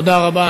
תודה רבה.